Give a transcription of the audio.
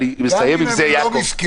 גם אם הם לא מסכנים.